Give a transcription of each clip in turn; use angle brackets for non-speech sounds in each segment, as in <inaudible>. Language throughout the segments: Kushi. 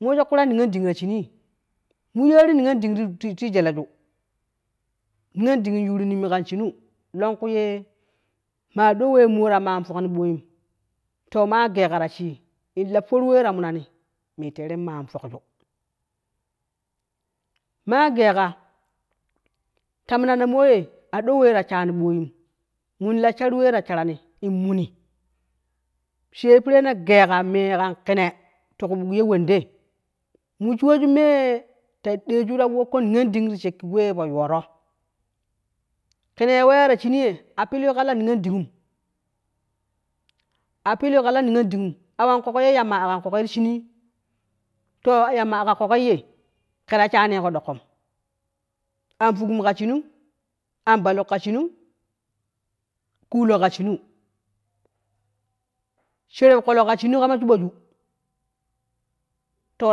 Mo wejo kura niyonde ta shini niyoden yuru neme kan shunu lon ku ye ma don we mo ta ma fokne bwoyum to ma gei ka ta she in la for we ye ta mina ne me tere mar fokju ma gei ka ta minano moye a do weta shane bwoyum in shar we ta menane in meni, she pere ne gei ka me an kenne ti ku buk ye wende yu woju me ta wukko niyon deen ti shi wefo yoro kene ye weya to shemei ya a pelu ka la diyo. den a fela ka da niyoden akan kogi ye yamma aka to yamma aka kogoi ye ke ta shanii ke ɗokkom an fugum ka shinu an baluk ka shanu kulo ka shenu sherep kolo ka shinu kama shebuju to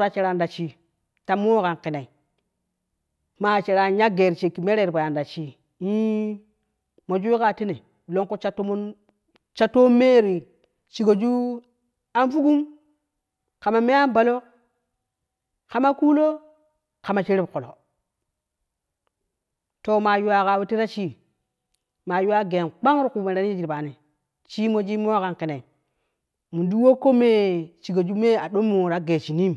ta sharani ta shii ta mo an kene ma shera in ya gei ti shake mere ye ti fo yani ta shii <unintelligible> moji yu ka tena lon ku sha tomon me shegoju an fugum kama sherep kolo to ma yu ka tei ta shii ma yuwa gei kpang ti ku mere yini ti fo yani she mo mo an kenne ti she me don me an gei shinii.